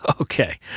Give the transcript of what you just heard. Okay